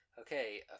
okay